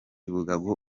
bugabo